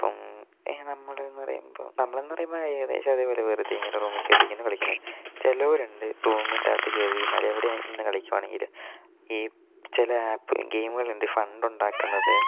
ഇപ്പം എഹ് നമ്മള് എന്ന് പറയുമ്പം നമ്മള് എന്ന് പറയുമ്പം ഏകദേശം അതേപോലെ വെറുതെ ഇങ്ങനെ റൂമിൽ കയറി ഇരിക്കുന്നു കളിക്കുന്നു ചിലരുണ്ട് റൂമിൻ്റകത്ത് കയറി ഇരുന്നാല് എവിടേ നിന്ന് കളിക്കുവാണെങ്കിലും ഈ ചില ആപ്പ് ഗെയിമുകളുണ്ട് ഫണ്ട് ഉണ്ടാക്കുന്നത്